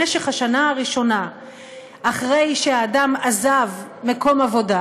במשך השנה הראשונה אחרי שהאדם עזב מקום עבודה